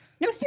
No